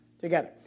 together